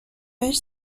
بهش